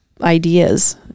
ideas